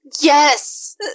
Yes